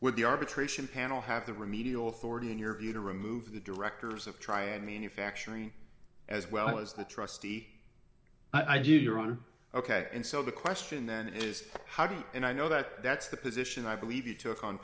would the arbitration panel have the remedial authority in your view to remove the directors of try and manufacturing as well as the trustee i do your honor ok and so the question then is how do you and i know that that's the position i believe you took on